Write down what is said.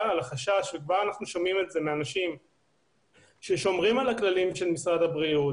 כבר אנחנו שומעים מאנשים ששומרים על הכללים של משרד הבריאות,